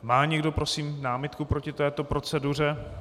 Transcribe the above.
Má někdo, prosím, námitku proti této proceduře?